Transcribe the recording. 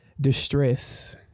distress